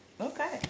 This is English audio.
Okay